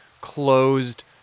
Closed